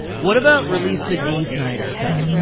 what about, release the dee snyder cut?